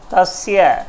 Tasya